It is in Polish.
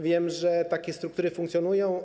Wiem, że takie struktury funkcjonują.